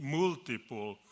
multiple